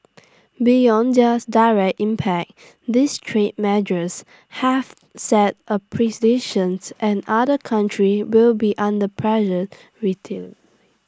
beyond theirs direct impact these trade measures have set A and other country will be under pressure retail